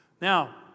Now